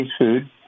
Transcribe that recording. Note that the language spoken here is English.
food